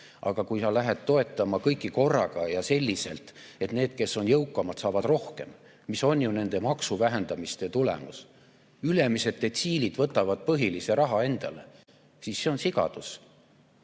aga kui sa lähed toetama kõiki korraga ja selliselt, et need, kes on jõukamad, saavad rohkem, mis on ju nende maksuvähendamiste tulemus, et ülemised [tulu]detsiilid võtavad põhilise raha endale, siis see on sigadus.